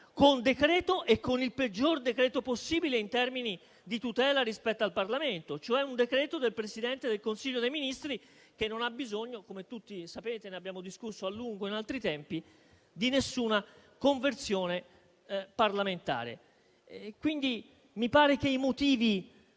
per decreto e con il peggior decreto possibile in termini di tutela del Parlamento, cioè un decreto del Presidente del Consiglio dei ministri che non ha bisogno - come tutti sapete - ne abbiamo discusso a lungo in altri tempi, di alcuna conversione parlamentare. Quindi, mi pare che i motivi